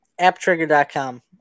Apptrigger.com